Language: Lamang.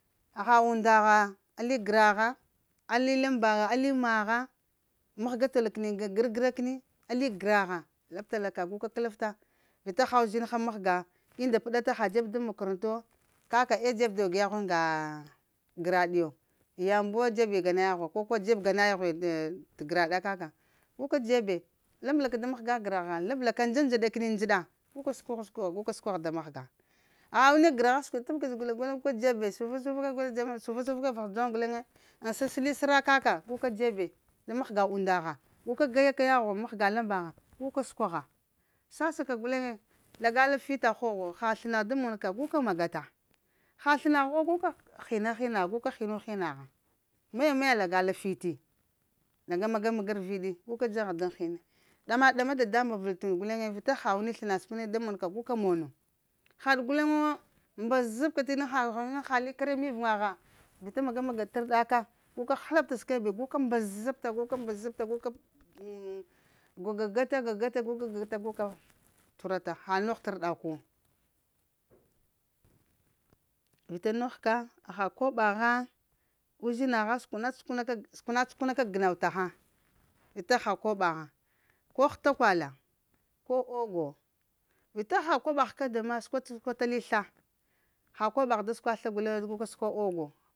Pha undagha ali gragha, ali lambagha ali magha, magha tala kəni gər gər-gəra kəni, ali gra gha labtala ka gu ka kələffa vita pha uzinha mahga, inda pəɗata ha dzeb daŋ makaranta wo, kaka eh dzeb dog yaghwi ŋgaa graɗiyo yambuwo koko dzebe gana yaghwe, koko dzeb gana yaghwi t'graɗa kaka, gu ka dzebe labla ka da mahga graha labla ka, ndza-ndzəɗa kəni ndzəɗa gha, guka səkwaghwu səkwagha guka səkwaha da mahga, aha wani gragh t'bəga sakwiɗ guleŋ guka dzebe sufa-sufa ka guka dzeb sufa-sufaka vol ɗogh dzoŋ ŋ səsəli səsəli səra kaka guka dzebe da maghga unda ha guka ga gaghwe mahga lambagha guka səkwaha sassaka guleŋe lagala fita ghogho haha slənagh da monka guka magata ha slənagh wo guka hinuinagh guka hinuhinagha, maya-maya lagala fiti, maga-maga arviɗi guka dzaha daŋ hini. Dama ɗama damamuŋ vel t'und guleŋe vita ha wani sləna səne da munka guka mono haɗ guleŋe wo, mbazabka tina hah vita haha likarya mivuŋa ha, vita maga-maga tərɗaka guka həlapta səkwebe guka mbazabta guka da mbazabta guka ŋm gogaga ta gogata gaka gata guka cuhurata hal nogh t arɗa kuwə vita noghka haha koɓaha uzinagha səkwana səkwana sakwana ka g'now tahaŋ, vita pha koɓaha ko hətakwala ko ogo vita ha koɓagh kada ma səkwa t'səkwa ta li sla, ha koɓagh da səkwa sla guleŋ guka səkwa ogo